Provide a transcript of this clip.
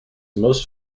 most